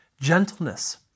gentleness